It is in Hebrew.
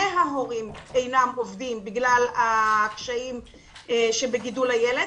ההורים אינם עובדים בגלל הקשיים שבגידול הילד.